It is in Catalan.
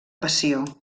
passió